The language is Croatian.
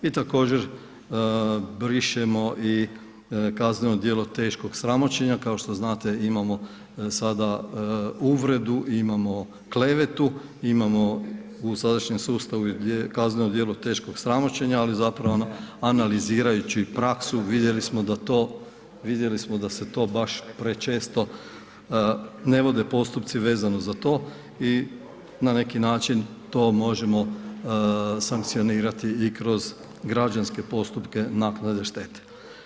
I također, brišemo i kazneno djelo teškog sramoćenja, kao što znate, imamo sada uvredu, imamo klevetu, imamo u sadašnjem sustavu kazneno djelo teškog sramoćenja ali zapravo analizirajući praksu, vidjeli smo da se to baš prečesto ne vode postupci vezano za to i na neki način to možemo sankcionirati i kroz građanske postupke naknade štete.